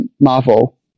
Marvel